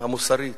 המוסרית,